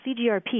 CGRP